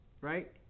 right